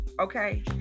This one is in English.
okay